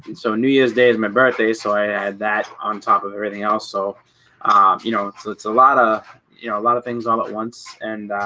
and so new year's day is my birthday so i add that on top of everything else so you, know so it's a lot of you know a lot of things all at once and?